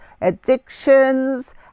addictions